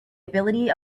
ability